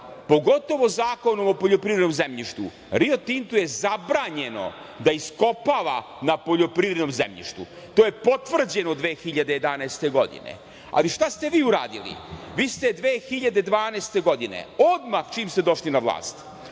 pogotovo Zakonom o poljoprivrednom zemljištu, Rio Tintu je zabranjeno da iskopava na poljoprivrednom zemljištu, a to je potvrđeno 2011. godine. Šta ste vi uradili? Vi ste 2012. godine, odmah čim ste došli na vlast,